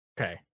okay